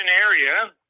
area